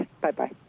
Bye-bye